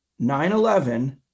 9-11